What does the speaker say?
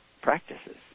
practices